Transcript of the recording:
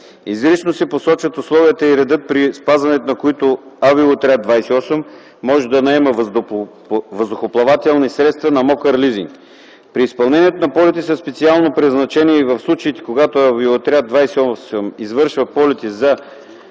Изрично се посочват условията и реда, при спазването на които Авиоотряд 28 може да наема въздухоплавателни средства на мокър лизинг. При изпълнението на полети със специално предназначение и в случаите, когато Авиоотряд 28 извършва полети за